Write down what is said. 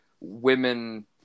women